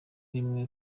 rimwe